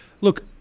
Look